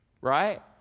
right